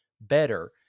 better